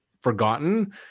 forgotten